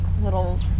little